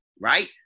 right